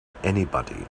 anybody